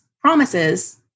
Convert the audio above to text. promises